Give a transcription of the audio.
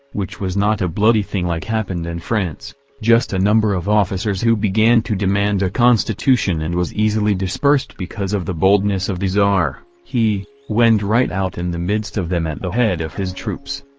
which was not a bloody thing like happened in france just a number of officers who began to demand a constitution and was easily dispersed because of the boldness of the tsar went right out in the midst of them at the head of his troops.